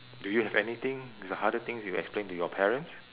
do you have anything is the harder things you explain to your parents